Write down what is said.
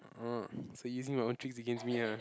uh so using your own tricks against me ah